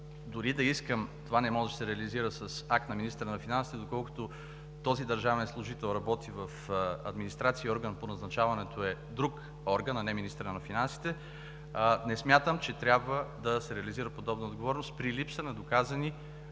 дори да искам, това не може да се реализира с акт на министъра на финансите, доколкото този държавен служител работи в администрация и орган по назначаването е друг орган, а не министърът на финансите, не смятам, че трябва да се реализира подобна отговорност при липса на доказани